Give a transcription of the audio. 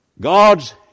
God's